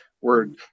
Word